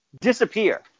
disappear